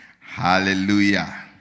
hallelujah